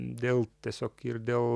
dėl tiesiog ir dėl